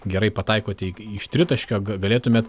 gerai pataikote ik iš tritaškio g galėtumėt